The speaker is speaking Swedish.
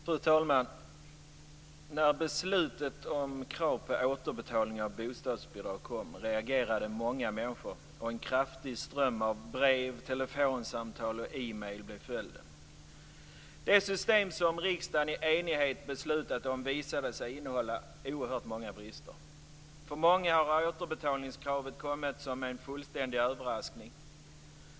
Fru talman! När beslutet om krav på återbetalning av bostadsbidrag kom reagerade många människor. En kraftig ström av brev, telefonsamtal och e-post blev följden. Det system som riksdagen i enighet beslutat om visade sig innehålla oerhört många brister. För många har återbetalningskravet kommit som en fullständig överraskning.